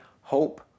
hope